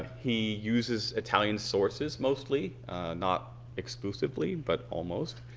he uses italian sources mostly not exclusively but almost.